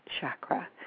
chakra